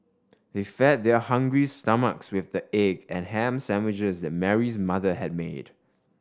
they fed their hungry stomachs with the egg and ham sandwiches that Mary's mother had made